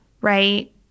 right